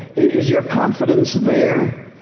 is your confidence there?